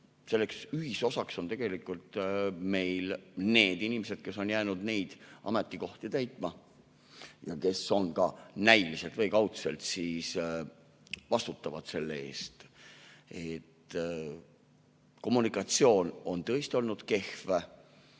Selleks ühisosaks on meil need inimesed, kes on jäänud neid ametikohti täitma ja kes on ka näiliselt või kaudselt vastutavad selle eest. Kommunikatsioon on tõesti olnud kehv